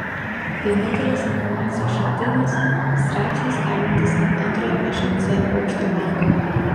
vienintelis informacijos šaltinis straipsnis kabantis ant antrojo šmc aukšto lango